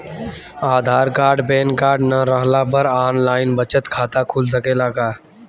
आधार card pan card न रहला पर आन लाइन बचत खाता खुल सकेला का?